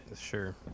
sure